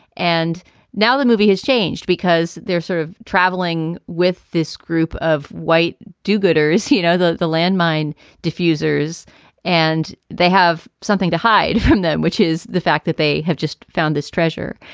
and now the movie has changed because they're sort of traveling with this group of white do gooders, you know, the the landmine diffusers and they have something to hide from them, which is the fact that they have just found this treasure.